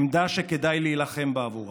עמדה היא שכדאי להילחם בעבורה,